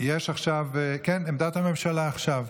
כן, עמדת הממשלה עכשיו.